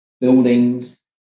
buildings